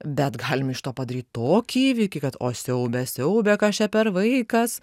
bet galim iš to padaryt tokį įvykį kad o siaube siaube kas čia per vaikas